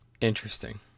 Interesting